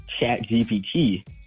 ChatGPT